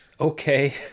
okay